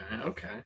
okay